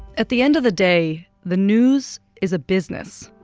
at the end of the day, the news is a business,